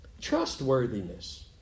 trustworthiness